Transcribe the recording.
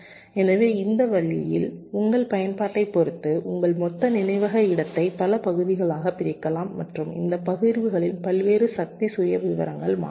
எனவே இந்த வழியில் உங்கள் பயன்பாட்டைப் பொறுத்து உங்கள் மொத்த நினைவக இடத்தை பல பகுதிகளாகப் பிரிக்கலாம் மற்றும் இந்த பகிர்வுகளின் பல்வேறு சக்தி சுயவிவரங்கள் மாறுபடும்